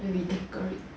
then we decorate